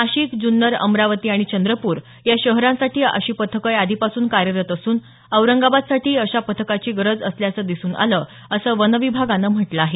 नाशिक जुन्नर अमरावती आणि चंद्रपूर या शहरांसाठी अशी पथक याआधीपासून कार्यरत असून औरंगाबादसाठीही अशा पथकाची गरज असल्याचं दिसून आलं असं वन विभागानं म्हटलं आहे